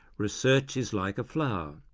research is like a flower.